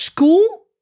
School